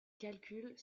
calculs